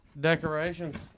decorations